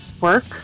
Work